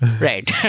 Right